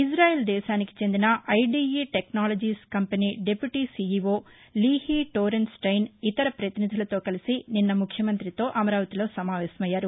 ఇజాయెల్ దేశానికి చెందిన IDE technologies company deputy CEO Lihi టోరెన్సైన్ ఇతర ప్రతినిధులతో కలసి నిన్న ముఖ్యమంత్రితో అమరావతిలో సమావేశం అయ్యారు